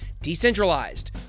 Decentralized